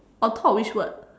on top of which word